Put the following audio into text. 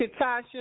Katasha